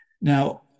Now